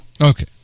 Okay